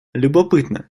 любопытно